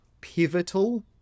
pivotal